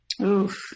Oof